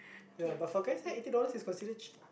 yeah but for guys here eighty dollars is considered cheap